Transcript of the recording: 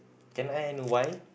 can I know why